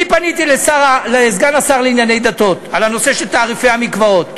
אני פניתי לסגן השר לענייני דתות על הנושא של תעריפי המקוואות,